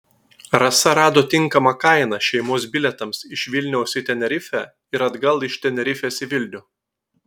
rasa rado tinkamą kainą šeimos bilietams iš vilniaus į tenerifę ir atgal iš tenerifės į vilnių